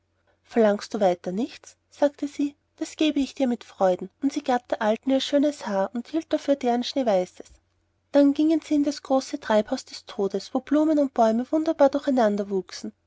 verlangst du weiter nichts sagte sie das gebe ich dir mit freuden und sie gab der alten ihr schönes haar und erhielt deren schneeweißes dafür dann gingen sie in das große treibhaus des todes wo blumen und bäume wunderbar durcheinander wuchsen